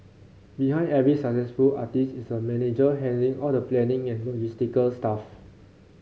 behind every successful artist is a manager handling all the planning and logistical stuff